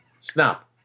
snap